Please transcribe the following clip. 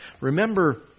Remember